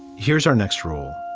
here's our next rule.